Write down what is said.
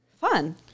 fun